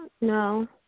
No